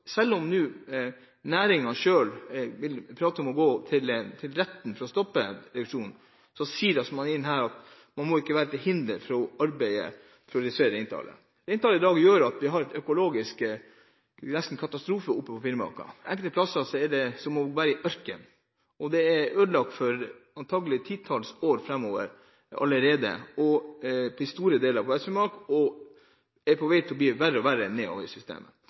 Selv om nå næringen selv snakker om å gå til retten for å stoppe reduksjonen, så sier man at sidaene ikke må være til hinder i arbeidet med å redusere reintallet. Reintallet gjør at vi i dag har en økologisk krise – nesten katastrofe – i Finnmark. Enkelte plasser er det som å være i en ørken. Områder er antagelig allerede ødelagt i et titall år framover – i store deler av Vest-Finnmark, og det er på vei til å bli stadig verre nedover i systemet.